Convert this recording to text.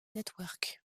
network